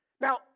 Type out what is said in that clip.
Now